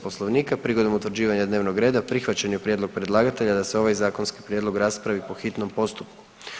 Poslovnika prigodom utvrđivanja dnevnog reda prihvaćen je prijedlog predlagatelja da se ovaj zakonski prijedlog raspravi po hitnom postupku.